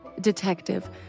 Detective